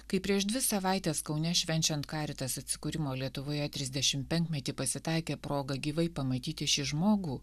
kaip prieš dvi savaites kaune švenčiant caritas atsikūrimo lietuvoje trisdešim penkmetį pasitaikė proga gyvai pamatyti šį žmogų